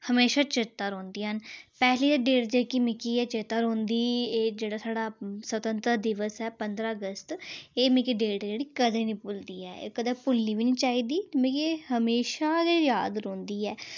हमेशा चेत्ता रौंह्दियां न पैह्ली ऐ डेट जेह्की मिगी चेता ऐ रौंह्दी एह् जेह्ड़ा साढ़ा स्वतंत्र दिवस ऐ पंदरां अगस्त एह् जेह्की डेट ऐ मिगी कदें निं भुलदी ऐ ते एह् कदें भुल्लनी बी निं चाहिदी ते मिगी म्हेशां गै याद रौंह्दी ऐ